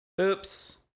Oops